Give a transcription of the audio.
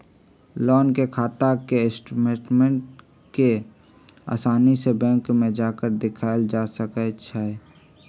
loan के खाता के स्टेटमेन्ट के आसानी से बैंक में जाकर देखल जा सका हई